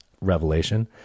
Revelation